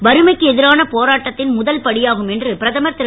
வறுமைக்கு எதிரான போராட்டத்தின் முதல் படியாகும் என்று பிரதமர் தரு